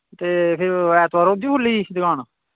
ते फिर ऐतबार होंदी खु'ल्ली दी दकान